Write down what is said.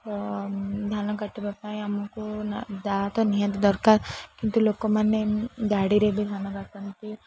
ଧାନ କାଟିବା ପାଇଁ ଆମକୁ ଦା ତ ନିହାତି ଦରକାର କିନ୍ତୁ ଲୋକମାନେ ଗାଡ଼ିରେ ବି ଧାନ କାଟନ୍ତି